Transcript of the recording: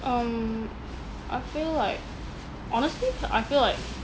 um I feel like honestly I feel like